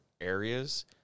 areas